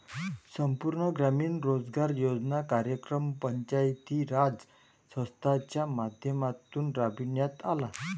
संपूर्ण ग्रामीण रोजगार योजना कार्यक्रम पंचायती राज संस्थांच्या माध्यमातून राबविण्यात आला